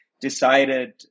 decided